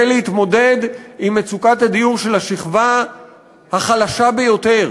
להתמודד עם מצוקת הדיור של השכבה החלשה ביותר,